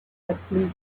athlete